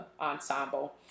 ensemble